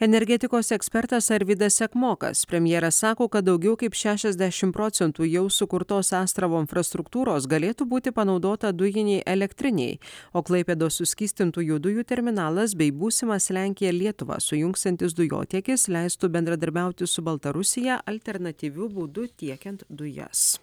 energetikos ekspertas arvydas sekmokas premjeras sako kad daugiau kaip šešiasdešim procentų jau sukurtos astravo infrastruktūros galėtų būti panaudota dujinei elektrinei o klaipėdos suskystintųjų dujų terminalas bei būsimas lenkiją lietuvą sujungsiantis dujotiekis leistų bendradarbiauti su baltarusija alternatyviu būdu tiekiant dujas